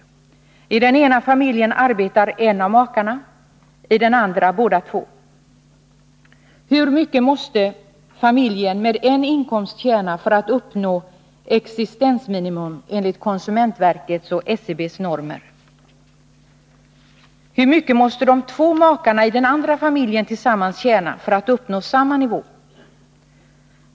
I den ena familjen arbetar en av makarna, i den andra båda två. Hur mycket måste familjen med en inkomst tjäna för att uppnå existensminimum enligt konsumentverkets och statistiska centralbyråns normer? Hur mycket måste de två makarna i den andra familjen tillsammans tjäna för att uppnå samma nivå?